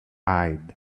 eyed